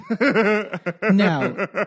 No